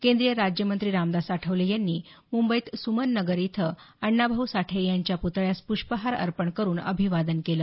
केंद्रीय राज्यमंत्री रामदास आठवले यांनी मुंबईत सुमन नगर इथं अण्णाभाऊ साठे यांच्या प्तळ्यास प्ष्पहार अर्पण करून अभिवादन केलं